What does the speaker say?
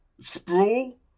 Sprawl